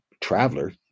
traveler